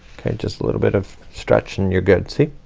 okay, just a little bit of stretch and you're good. see,